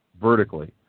vertically